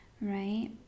right